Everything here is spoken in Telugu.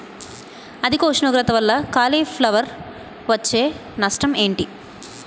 అధిక ఉష్ణోగ్రత వల్ల కాలీఫ్లవర్ వచ్చే నష్టం ఏంటి?